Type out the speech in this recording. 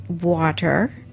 water